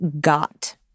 Got